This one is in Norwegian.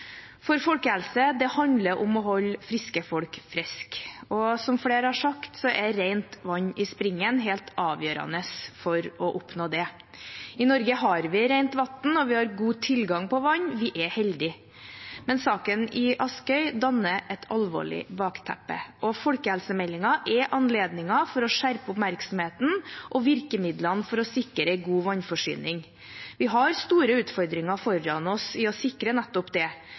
høyreregjeringen. Folkehelse handler om å holde friske folk friske, og som flere har sagt, er rent vann i springen helt avgjørende for å oppnå det. I Norge har vi rent vann og vi har god tilgang på vann – vi er heldige. Men saken i Askøy danner et alvorlig bakteppe, og folkehelsemeldingen er anledningen for å skjerpe oppmerksomheten og virkemidlene for å sikre god vannforsyning. Vi har store utfordringer foran oss for å sikre nettopp det.